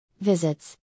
visits